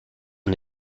and